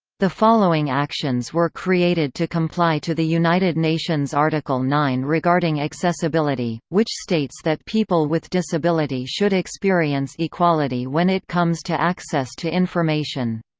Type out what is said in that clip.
the following actions were created to comply to the united nations' article nine regarding accessibility, which states that people with disability should experience equality when it comes to access to information.